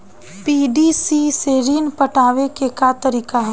PDC से ऋण पटावे के का तरीका ह?